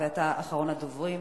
אתה אחרון הדוברים.